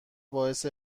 باعث